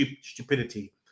stupidity